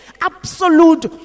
absolute